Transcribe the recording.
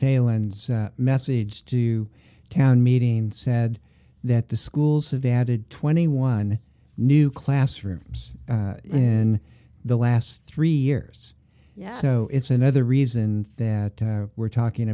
failand message to town meeting said that the schools have added twenty one new classrooms in the last three years yeah so it's another reason that we're talking